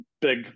big